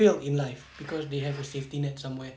failed in life cause they have a safety net somewhere